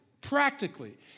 practically